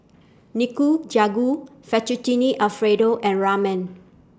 Nikujagu Fettutine Alfredo and Ramen